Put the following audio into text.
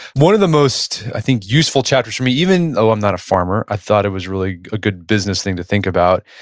one of the most, i think useful chapters for me, even though i'm not a farmer i thought it was really a good business thing to think about,